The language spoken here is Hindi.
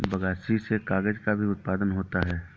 बगासी से कागज़ का भी उत्पादन होता है